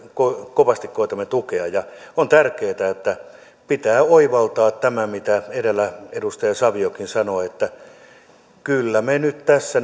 kovasti koetamme tukea on tärkeää että pitää oivaltaa tämä mitä edellä edustaja saviokin sanoi että kyllä me nyt tässä